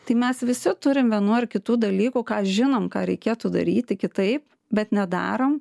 tai mes visi turim vienų ar kitų dalykų ką žinom ką reikėtų daryti kitaip bet nedarom